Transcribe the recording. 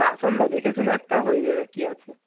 আসুন না দেখে শুনে একটা হয়ে যাবে কি আছে